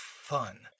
fun